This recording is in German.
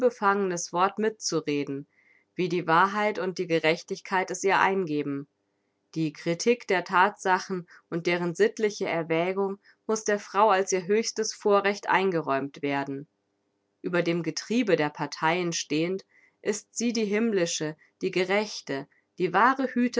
unbefangenes wort mitzureden wie die wahrheit und die gerechtigkeit es ihr eingeben die kritik der thatsachen und deren sittliche erwägung muß der frau als ihr höchstes vorrecht eingeräumt werden ueber dem getriebe der parteien stehend ist sie die himmlische die gerechte die wahre